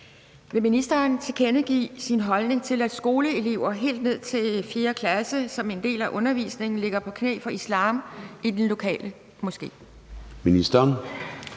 Vil ministeren tilkendegive sin holdning til, at skoleelever ned til 4. klasse som en del af undervisningen ligger på knæ for islam i den lokale moské?